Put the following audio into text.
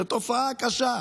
זאת תופעה קשה.